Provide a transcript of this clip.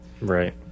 Right